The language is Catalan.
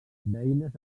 beines